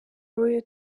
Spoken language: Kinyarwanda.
royal